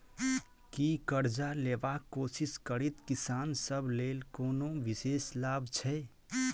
की करजा लेबाक कोशिश करैत किसान सब लेल कोनो विशेष लाभ छै?